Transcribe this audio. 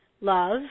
love